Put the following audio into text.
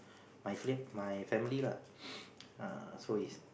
my fa~ my family lah err so is